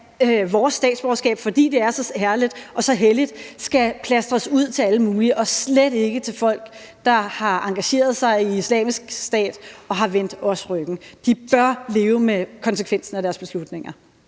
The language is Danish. vores statsborgerskab, fordi det er så herligt og så helligt, skal plastres ud på alle mulige – og slet ikke på folk, der har engageret sig i Islamisk Stat og har vendt os ryggen. De bør leve med konsekvensen af deres beslutninger.